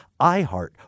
iHeart